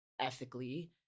ethically